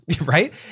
right